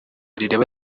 rireba